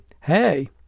Hey